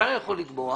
השר יכול לקבוע.